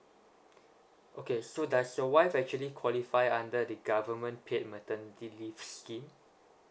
okay so does your wife actually qualify under the government paid maternity leave scheme